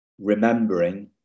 remembering